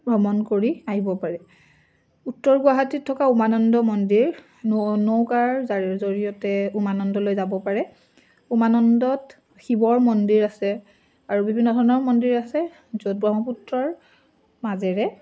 ভ্ৰমণ কৰি আহিব পাৰে উত্তৰ গুৱাহাটীত থকা উমানন্দ মন্দিৰ জৰিয়তে উমানন্দলৈ যাব পাৰে উমানন্দত শিৱৰ মন্দিৰ আছে আৰু বিভিন্ন ধৰণৰ মন্দিৰ আছে য'ত ব্ৰহ্মপুত্ৰৰ মাজেৰে